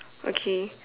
okay